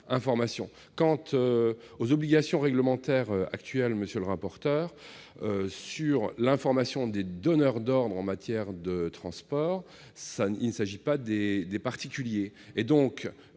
évoqué les obligations réglementaires actuelles, monsieur le rapporteur. L'information des donneurs d'ordre en matière de transport ne concerne pas les particuliers.